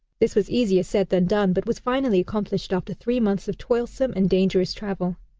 this was easier said than done, but was finally accomplished after three months of toilsome and dangerous travel.